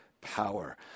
power